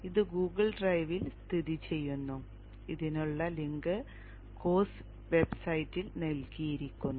ഇത് ഗൂഗിൾ ഡ്രൈവിൽ സ്ഥിതിചെയ്യുന്നു ഇതിനുള്ള ലിങ്ക് കോഴ്സ് വെബ്സൈറ്റിൽ നൽകിയിരിക്കുന്നു